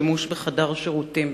שימוש בחדר שירותים).